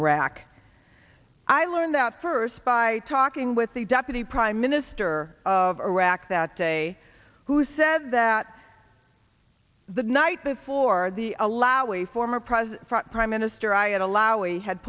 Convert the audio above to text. iraq i learned that first by talking with the deputy prime minister of iraq that day who said that the night before the allow a former prize prime minister ayad alawi had